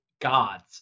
gods